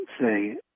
say